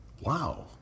wow